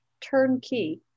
turnkey